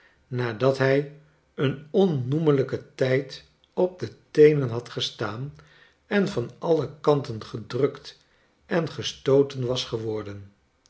nadat hij een onnoemelijken tijd op de teenen had gestaan en van alle kanten gedrukt en gestooten was geworden